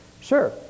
Sure